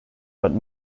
but